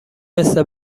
مثل